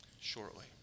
shortly